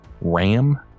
Ram